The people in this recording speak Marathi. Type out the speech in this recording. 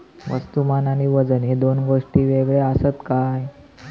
वस्तुमान आणि वजन हे दोन गोष्टी वेगळे आसत काय?